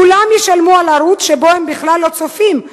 כולם ישלמו על ערוץ שהם בכלל לא צופים בו.